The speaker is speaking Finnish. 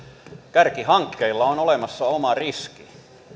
kärkihankkeilla on olemassa oma riski